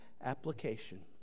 application